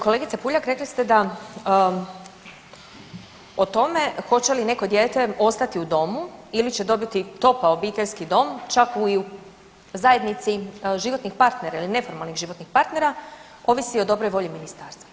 Kolegice Puljak, rekli ste da o tome hoće li neko dijete ostati u domu ili će dobiti topao obiteljski dom čak i u zajednici životnih partnera ili neformalnih životnih partnera ovisi o dobroj volji ministarstva.